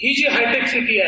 ही जी hi-tech city आहे